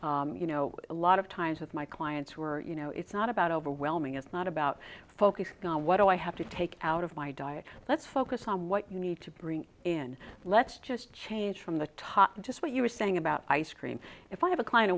you know a lot of times with my clients who are you know it's not about overwhelming it's not about focus on what do i have to take out of my diet let's focus on what you need to bring in let's just change from the top just what you were saying about ice cream if i have a client